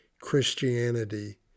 christianity